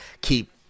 keep